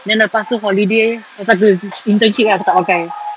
then the lepas tu holiday pasal aku ada internship kan aku tak pakai